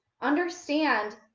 Understand